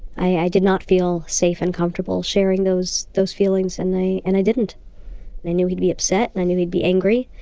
i i did not feel safe and comfortable sharing those, those feelings, and i, i didn't. and i knew he'd be upset and i knew he'd be angry.